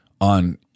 on